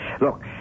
Look